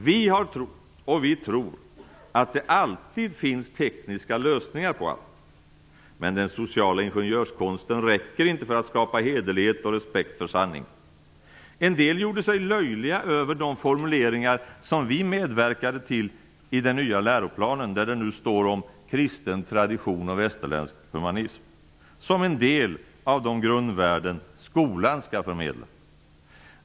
Vi har trott och vi tror att det alltid finns tekniska lösningar på allt. Men den sociala ingenjörskonsten räcker inte för att skapa hederlighet och respekt för sanning. En del gjorde sig löjliga över de formuleringar som vi medverkade till i den nya läroplanen. Där står det nu om "kristen tradition och västerländsk humanism", som en del av de grundvärden skolan skall förmedla.